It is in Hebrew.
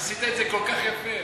עשית את זה כל כך יפה.